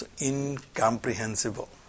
incomprehensible